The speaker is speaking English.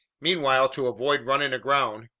meanwhile, to avoid running aground,